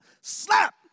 Slap